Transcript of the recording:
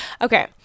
okay